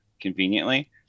conveniently